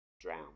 drown